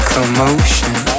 Commotion